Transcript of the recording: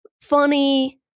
funny